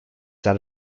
that